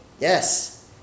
yes